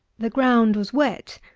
the ground was wet,